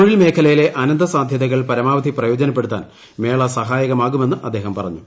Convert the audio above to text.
തൊഴിൽ മേഖലയിലെ അനന്ത സാദ്ധ്യതകൾ പർമാവ്ധി പ്രയോജനപ്പെടുത്താൻ മേള സഹായകമാകുമെന്ന് അദ്ദേഹം പറഞ്ഞു